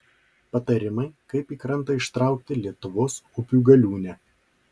patarimai kaip į krantą ištraukti lietuvos upių galiūnę